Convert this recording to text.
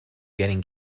getting